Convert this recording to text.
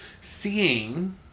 seeing